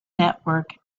network